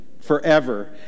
forever